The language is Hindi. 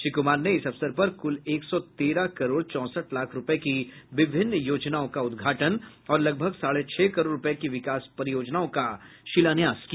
श्री कुमार ने इस अवसर पर क्ल एक सौ तेरह करोड़ चौसठ लाख रूपये की विभिन्न योजनाओं का उद्घाटन और लगभग साढ़े छह करोड़ रूपये की विकास परियोजनाओं का शिलान्यास किया